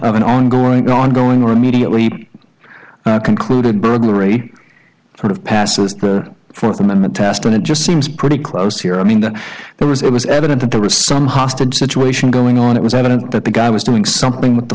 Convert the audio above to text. of an ongoing ongoing or immediately concluded burglary sort of passes the fourth amendment test and it just seems pretty close here i mean that there was it was evident that there was some hostage situation going on it was evident that the guy was doing something with the